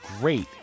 great